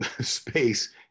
space